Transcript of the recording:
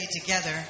together